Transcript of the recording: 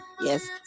Yes